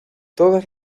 todas